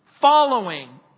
following